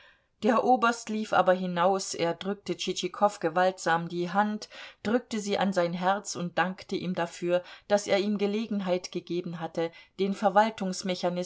der oberst lief aber hinaus er drückte tschitschikow gewaltsam die hand drückte sie an sein herz und dankte ihm dafür daß er ihm gelegenheit gegeben hatte den